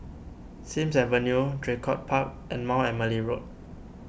Sims Avenue Draycott Park and Mount Emily Road